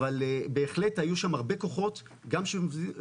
אבל בהחלט היו שם הרבה כוחות של עובדים